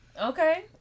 Okay